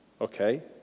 okay